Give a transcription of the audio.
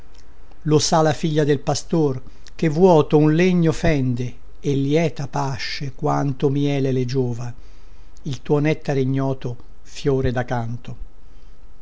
lo sa la figlia del pastor che vuoto un legno fende e lieta pasce quanto miele le giova il tuo nettare ignoto fiore dacanto